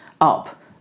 up